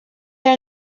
are